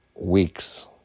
weeks